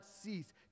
cease